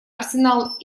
арсенал